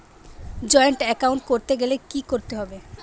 Joint account করতে গেলে কি করতে হবে?